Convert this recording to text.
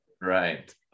Right